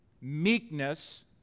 meekness